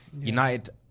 United